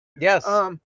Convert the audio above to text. Yes